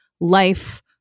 life